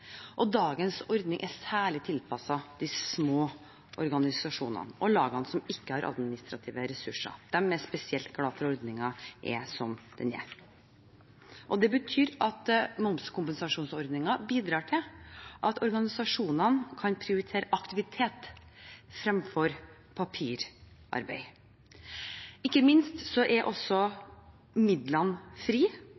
og dagens ordning er særlig tilpasset de små organisasjonene og lagene som ikke har administrative ressurser. De er spesielt glad for at ordningen er som den er. Det betyr at momskompensasjonsordningen bidrar til at organisasjonene kan prioritere aktivitet fremfor papirarbeid. Ikke minst er midlene også